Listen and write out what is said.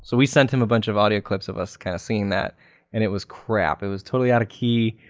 so we sent him a bunch of audio clips of us kind of singing that and it was crap. it was totally out of key,